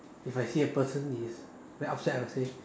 if I see a person is very upset I'll say